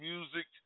Music